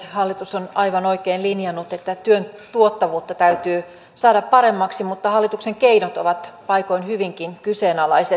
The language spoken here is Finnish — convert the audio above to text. hallitus on aivan oikein linjannut että työn tuottavuutta täytyy saada paremmaksi mutta hallituksen keinot ovat paikoin hyvinkin kyseenalaiset